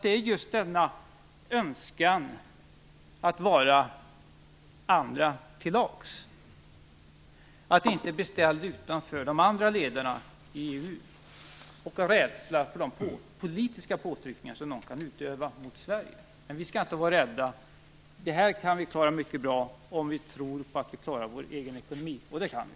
Det är just denna önskan att vara andra till lags, att inte bli ställd utanför av de andra ledarna i EU och rädsla för de politiska påtryckningar som de kan utöva mot Sverige. Men vi skall inte vara rädda. Detta kan vi klara mycket bra om vi tror på att vi klarar vår egen ekonomi, och det gör vi.